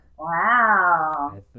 Wow